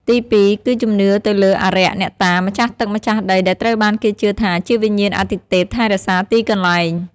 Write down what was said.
ទីពីរ គឺជំនឿទៅលើអារក្ស អ្នកតា ម្ចាស់ទឹកម្ចាស់ដីដែលត្រូវបានគេជឿថាជាវិញ្ញាណអាទិទេពថែរក្សាទីកន្លែង។